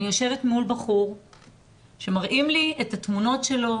אני יושבת מול בחור שמראים לי את התמונות שלו,